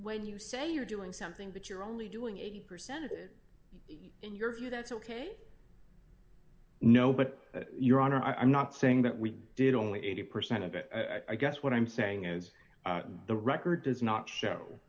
when you say you're doing something that you're only doing eighty percent of it you in your view that's ok no but your honor i'm not saying that we did only eighty percent of it i guess what i'm saying is the record does not show